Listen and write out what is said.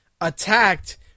attacked